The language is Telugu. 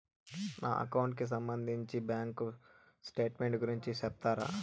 నా అకౌంట్ కి సంబంధించి బ్యాంకు స్టేట్మెంట్ గురించి సెప్తారా